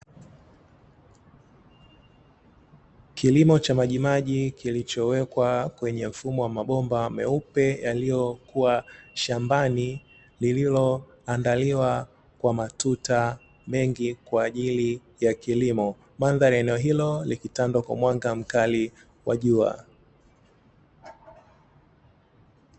Kilimo cha majimaji kilichowekwa kwenye mfumo wa mabomba meupe yaliyokuwa shambani lililoandaliwa kwa matuta mengi kwa ajili ya kilimo madhari eneo hilo likitandwa kwa mwanga mkali wa jua.